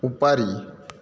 उपरि